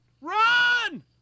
Run